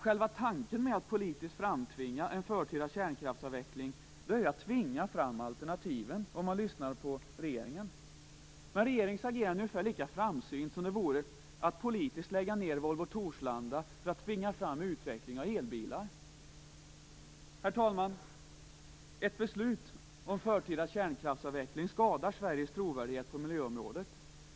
Själva tanken på att politiskt framtvinga en förtida kärnkraftsavveckling börjar tvinga fram alternativen om man lyssnar på regeringen. Men regeringens agerande är ungefär lika framsynt som det vore att politiskt lägga ned Volvo Torslandaverken för att tvinga fram en utveckling av elbilar. Herr talman! Ett beslut om en förtida kärnkraftsavveckling skadar Sveriges trovärdighet på miljöområdet.